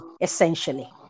essentially